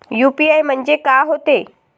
UPI म्हणजे का होते?